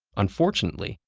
unfortunately,